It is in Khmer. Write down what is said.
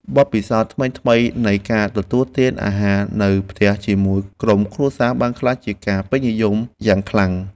បទពិសោធន៍ថ្មីៗនៃការទទួលទានអាហារនៅផ្ទះជាមួយក្រុមគ្រួសារបានក្លាយជាការពេញនិយមយ៉ាងខ្លាំង។